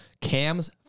Cam's